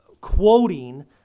quoting